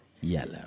yellow